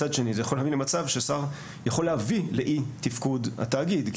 מצד שני זה יכול להביא למצב ששר יכול להביא לאי תפקוד התאגיד,